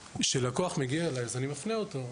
שלקוח מגיע אליי אז אני מפנה אותו,